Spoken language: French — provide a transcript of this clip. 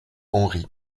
henri